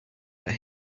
that